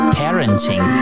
parenting